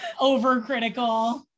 overcritical